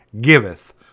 giveth